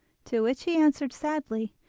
to which he answered sadly